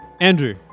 Andrew